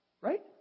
Right